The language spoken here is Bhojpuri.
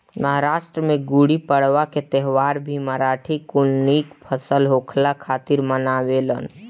महाराष्ट्र में गुड़ीपड़वा के त्यौहार भी मराठी कुल निक फसल होखला खातिर मनावेलन